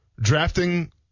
Drafting